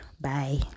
Bye